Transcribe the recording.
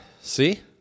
see